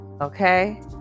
okay